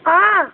অঁ